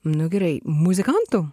nu gerai muzikantu